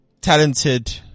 talented